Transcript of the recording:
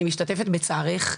אני משתתפת בצערך,